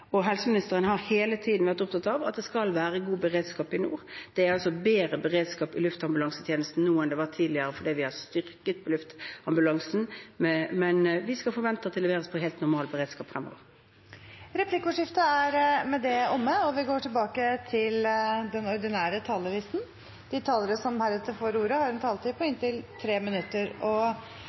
Helseministeren har hele tiden vært opptatt av at det skal være god beredskap i nord. Det er altså bedre beredskap i luftambulansetjenesten nå enn det var tidligere, fordi vi har styrket luftambulansen. Men vi skal forvente at det leveres på helt normal beredskap fremover. Replikkordskiftet er omme. De talere som heretter får ordet, har en taletid på inntil 3 minutter.